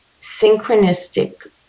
synchronistic